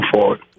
forward